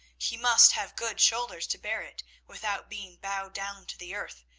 he must have good shoulders to bear it without being bowed down to the earth,